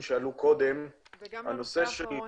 שעלו קודם,